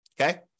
Okay